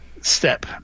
step